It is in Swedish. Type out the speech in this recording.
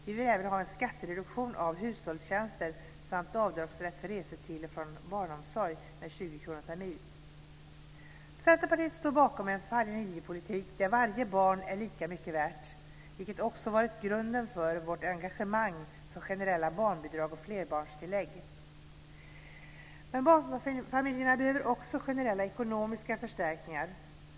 Vi vill även ha en skattereduktion av hushållstjänster samt avdragsrätt för resor till och från barnomsorg med Centerpartiet står bakom en familjepolitik där varje barn är lika mycket värt, vilket också varit grunden för vårt engagemang för generella barnbidrag och flerbarnstillägg. Men barnfamiljerna behöver också generella ekonomiska förstärkningar.